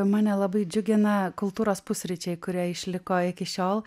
mane labai džiugina kultūros pusryčiai kurie išliko iki šiol